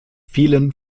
vielen